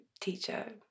teacher